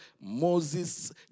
Moses